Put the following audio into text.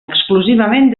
exclusivament